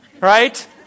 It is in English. right